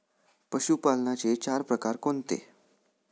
पशुपालनाचे चार प्रकार कोणते?